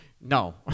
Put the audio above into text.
No